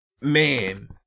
man